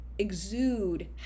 exude